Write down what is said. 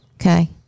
Okay